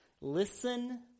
Listen